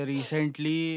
Recently